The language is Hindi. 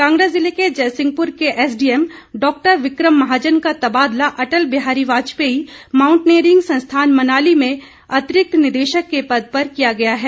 कांगड़ा जिले के जयंसिंहपुर के एसडीएमडॉ बिक्रम महाजन का तबादला अटल बिहारी वाजपेयी मांउंटनेरिंग संस्थान मनाली में अतिरिक्त निदेशक के पद पर किया गया है